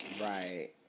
Right